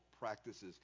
practices